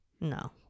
No